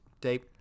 date